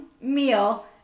meal